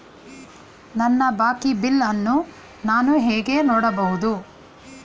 ನನ್ನ ಬಾಕಿ ಬಿಲ್ ಅನ್ನು ನಾನು ಹೇಗೆ ನೋಡಬಹುದು?